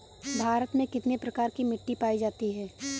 भारत में कितने प्रकार की मिट्टी पाई जाती है?